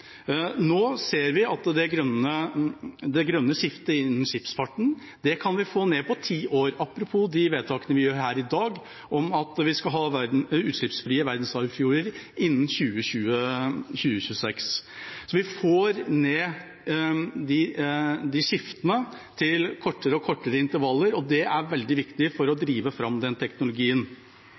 Nå ser vi at det grønne skiftet innen skipsfarten kan vi få ned til ti år – apropos de vedtakene vi gjør her i dag, om at vi skal ha utslippsfrie verdensarvfjorder innen 2026. Så vi får ned de skiftene til kortere og kortere intervaller, og det er veldig viktig for å drive fram den teknologien.